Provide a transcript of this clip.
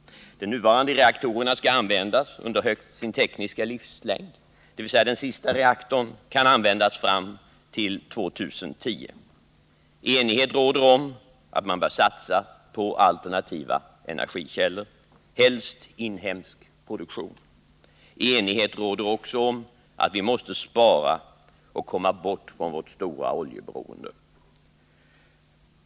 De nuvarande reaktorerna skall användas under högst sin tekniska livslängd, dvs. den sista reaktorn kan användas fram till år 2010. Enighet råder om att man bör satsa på alternativa energikällor, helst inhemsk produktion. Enighet råder också om att vi måste spara och komma bort från vårt stora oljeberoende.